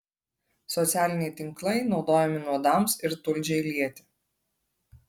socialiniai tinklai naudojami nuodams ir tulžiai lieti